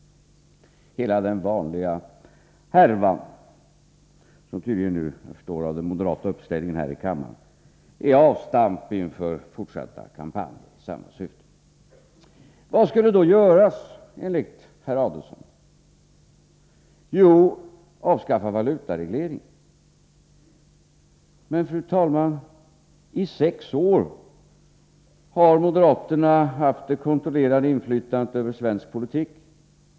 Ja, det är den vanliga härvan. Det är tydligt, att döma av den moderata uppställningen här i kammaren, att detta är ett avstamp inför fortsatta kampanjer i samma syfte. Vad skulle då göras enligt herr Adelsohn? Jo, valutaregleringen skulle avskaffas. Men, fru talman, i sex år hade moderaterna det kontrollerande inflytandet över svensk politik.